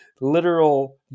literal